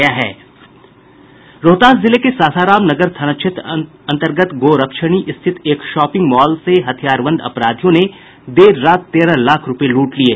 रोहतास जिले के सासाराम नगर थाना क्षेत्र अंतर्गत गोरक्षणी स्थित एक शॉपिंग मॉल से हथियार बंद अपराधियों ने देर रात तेरह लाख रूपये लूट लिये